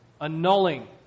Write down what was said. annulling